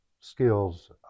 skills